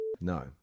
No